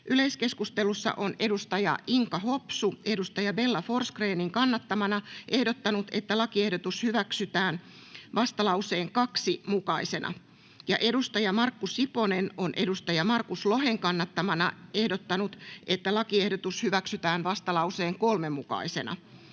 Yleiskeskustelussa Inka Hopsu on Bella Forsgrénin kannattamana ehdottanut, että lakiehdotus hyväksytään vastalauseen 2 mukaisena, ja Markku Siponen on Markus Lohen kannattamana ehdottanut, että lakiehdotus hyväksytään vastalauseen 3 mukaisena.